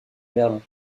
berlin